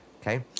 Okay